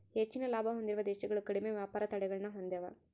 ಹೆಚ್ಚಿನ ಲಾಭ ಹೊಂದಿರುವ ದೇಶಗಳು ಕಡಿಮೆ ವ್ಯಾಪಾರ ತಡೆಗಳನ್ನ ಹೊಂದೆವ